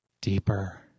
deeper